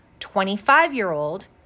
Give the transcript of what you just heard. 25-year-old